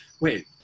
wait